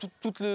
toute